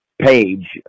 page